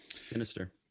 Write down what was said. sinister